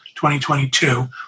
2022